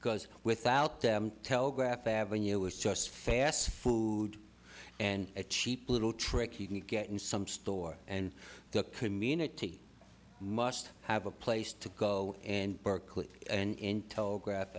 because without them telegraph avenue is just fast food and cheap little tricky to get in some store and the community must have a place to go and berkeley and telegraph